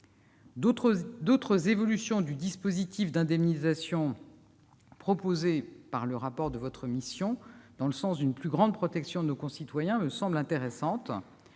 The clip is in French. D'autres évolutions du dispositif d'indemnisation proposées par le rapport de votre mission, dans le sens d'une plus grande protection de nos concitoyens, me semblent intéressantes.